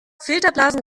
filterblasen